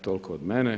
Toliko od mene.